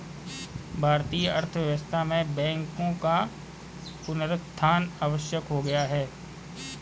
भारतीय अर्थव्यवस्था में बैंकों का पुनरुत्थान आवश्यक हो गया है